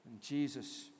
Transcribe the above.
Jesus